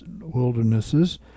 wildernesses